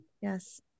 yes